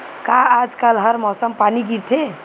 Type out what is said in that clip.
का आज कल हर मौसम पानी गिरथे?